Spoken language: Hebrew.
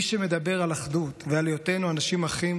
מי שמדבר על אחדות ועל היותנו אנשים אחים,